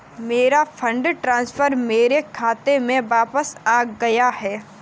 मेरा fund transfer मेरे खाते में वापस आ गया है